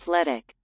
Athletic